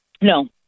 no